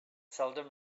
seldom